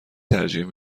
ترجیح